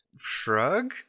Shrug